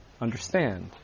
understand